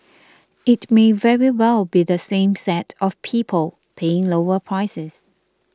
it may very well be the same set of people paying lower prices